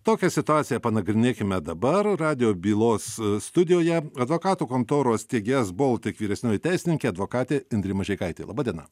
tokią situaciją panagrinėkime dabar radijo bylos studijoje advokatų kontoros steigėjas baltic vyresnioji teisininkė advokatė indrė mažeikaitė laba diena